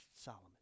Solomon